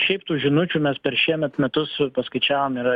šiaip tų žinučių mes per šiemet metus paskaičiavom yra